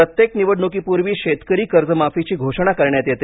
प्रत्येक निवडणुकांपूर्वी शेतकरी कर्जमाफीची घोषणा करण्यात येते